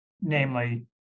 namely